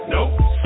Nope